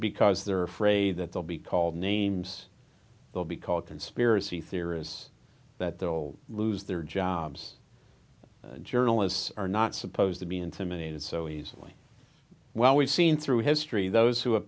because they're afraid that they'll be called names they'll be called conspiracy theorists that they will lose their jobs journalists are not supposed to be intimidated so easily well we've seen through history those who